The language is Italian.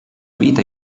vita